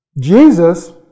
Jesus